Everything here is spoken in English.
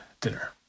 dinner